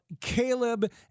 Caleb